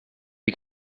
you